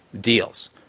deals